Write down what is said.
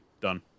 Done